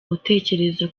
utekereza